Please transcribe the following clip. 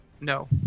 No